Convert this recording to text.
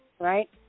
right